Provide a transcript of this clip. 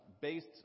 based